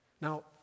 Now